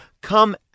come